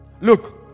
Look